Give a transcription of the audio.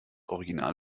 original